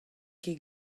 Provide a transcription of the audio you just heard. ket